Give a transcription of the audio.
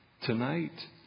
tonight